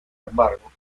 embargo